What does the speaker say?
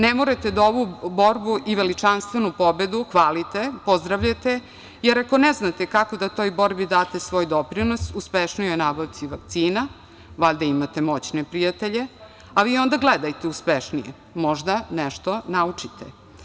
Ne morate da ovu borbu i veličanstvenu pobedu hvalite, pozdravljate, jer ako ne znate kako da toj borbi date svoj doprinos uspešnijoj nabavci vakcina, valjda imate moćne prijatelje, a vi onda gledajte uspešnije, možda nešto i naučite.